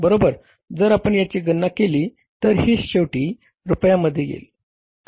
जर आपण याची गणना केली तर हे शेवटी रुपयांमध्ये येईल